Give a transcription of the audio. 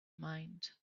mind